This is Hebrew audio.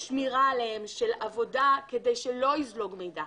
שמירה עליהם, של עבודה כדי שלא יזלוג מידע.